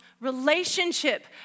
relationship